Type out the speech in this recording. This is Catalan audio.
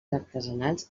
artesanals